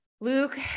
Luke